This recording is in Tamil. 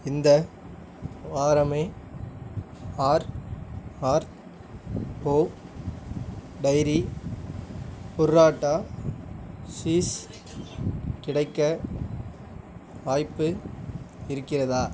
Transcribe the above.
இந்த வாரமே ஆர்ஆர்ஓ டைய்ரி புர்ராட்டா சீஸ் கிடைக்க வாய்ப்பு இருக்கிறதா